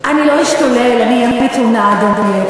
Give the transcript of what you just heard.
אני לא אשתולל, אני אהיה מתונה, אדוני.